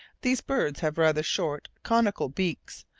these birds have rather short, conical beaks,